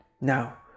Now